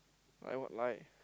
lie what lie